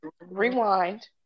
rewind